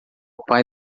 pai